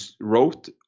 wrote